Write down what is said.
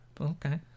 Okay